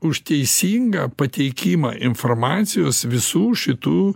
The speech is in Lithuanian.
už teisingą pateikimą informacijos visų šitų